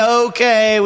okay